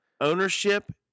ownership